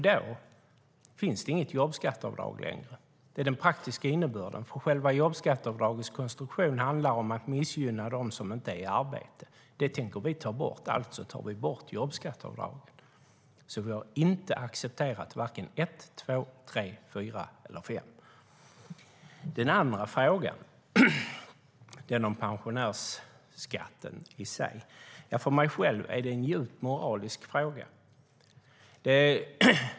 Då finns det inget jobbskatteavdrag längre - det är den praktiska innebörden. Själva jobbskatteavdragets konstruktion handlar om att missgynna dem som inte är i arbete. Det tänker vi ta bort, alltså tar vi bort jobbskatteavdraget. Vi har inte accepterat vare sig 1, 2, 3, 4 eller 5. Den andra frågan gäller pensionärsskatten i sig. För mig är det en djupt moralisk fråga.